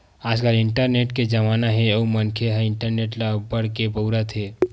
आजकाल इंटरनेट के जमाना हे अउ मनखे ह इंटरनेट ल अब्बड़ के बउरत हे